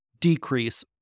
decrease